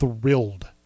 thrilled